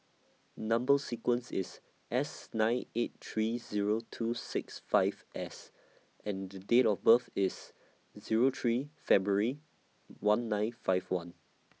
Number sequence IS S nine eight three Zero two six five S and Date of birth IS Zero three February one nine five one